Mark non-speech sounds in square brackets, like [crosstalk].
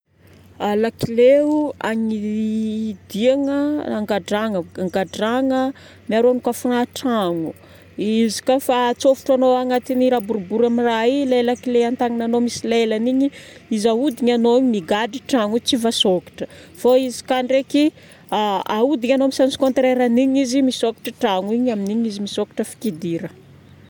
[hesitation] Lakile o, ani [hesitation] diagna, angadragna, angadragna, miharo anokafagna tragno. Izy ka fa atsofotranao agnatin'ny raha boribory amin'ny raha igny lay lakile amin'ny tagnananao misy lelany igny, izy ahodignanao igny migadra tragno io tsy voasôkatra. Fô izy ka ndraiky ahodignanao sens contrairen'igny izy, misôkatra tragno igny, amin'ignyizy misokatra afaka idiragna.